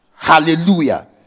Hallelujah